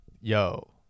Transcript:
Yo